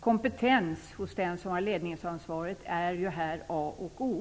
Kompetens hos den som har ledningsansvaret är ju här A och O.